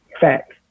Facts